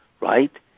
right